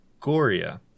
Goria